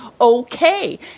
Okay